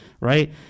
right